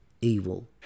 evil